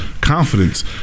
Confidence